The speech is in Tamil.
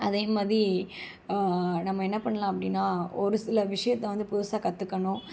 அதேமாதிரி நம்ம என்ன பண்ணலாம் அப்படின்னா ஒருசில விஷியத்தை வந்து புதுசாக கற்றுக்கணும்